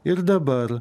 ir dabar